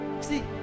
see